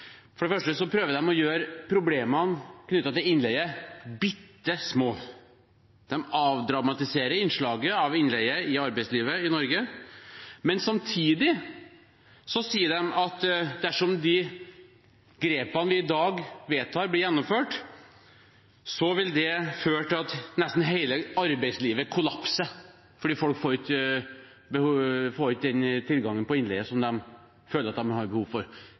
For det første prøver de å gjøre problemene knyttet til innleie bitte små. De avdramatiserer innslaget av innleie i arbeidslivet i Norge. Samtidig sier de at dersom det vi vedtar i dag, blir gjennomført, vil det føre til at nesten hele arbeidslivet kollapser fordi folk ikke får den tilgangen på innleie som de føler de har behov for.